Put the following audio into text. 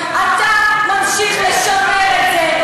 אתה ממשיך לשמר את זה.